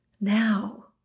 Now